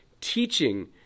teaching